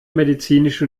medizinische